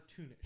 cartoonish